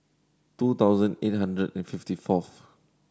two thousand eight hundred and fifty fourth